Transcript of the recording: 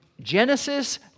Genesis